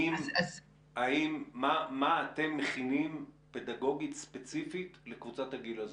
מה אתם מכינים פדגוגית ספציפית לקבוצת הגיל הזאת?